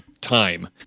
time